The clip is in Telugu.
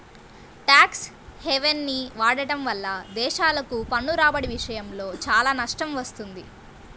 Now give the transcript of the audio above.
ట్యాక్స్ హెవెన్ని వాడటం వల్ల దేశాలకు పన్ను రాబడి విషయంలో చాలా నష్టం వస్తుంది